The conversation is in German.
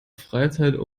freizeit